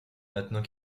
maintenant